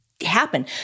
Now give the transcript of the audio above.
happen